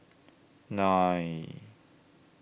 nine